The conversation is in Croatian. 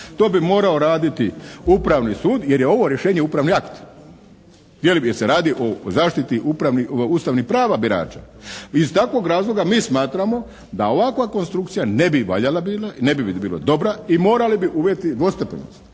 to bi morao raditi upravni sud jer je ovo rješenje upravni akt. Jer bi se radilo o zaštiti upravnih, ustavnih prava birača. Iz takvog razloga mi smatramo da ovakva konstrukcija ne bi valjala bila, ne bi bila dobra i morali bi uvesti dvostepenost.